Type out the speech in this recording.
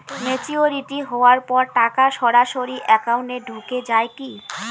Maturity হওয়ার পর টাকা সরাসরি একাউন্ট এ ঢুকে য়ায় কি?